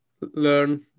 learn